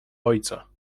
ojca